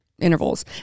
intervals